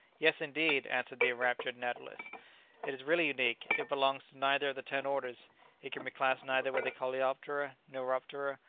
yes, indeed, answered the enraptured naturalist it is really unique it belongs to neither of the ten orders it can be classed neither with the coleoptera, neuroptera,